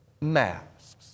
masks